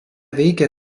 veikia